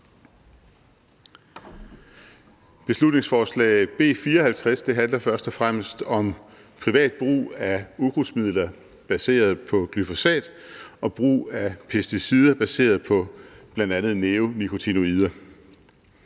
Beslutningsforslag B 54 handler først og fremmest om privat brug af ukrudtsmidler baseret på glyfosat og brug af pesticider baseret på bl.a. neonikotinoider.